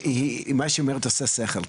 מה שהיא אומרת עושה שכל.